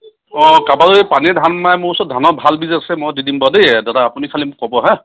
অঁ কাবাৰ যদি পানীয়ে ধান মাৰে মোৰ ওচৰত ধানৰ ভাল বীজ আছে মই দি দিম বাৰু দেই দাদা আপুনি খালি মোক ক'ব হা